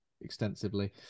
extensively